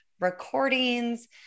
recordings